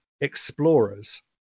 Explorers